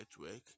network